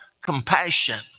compassion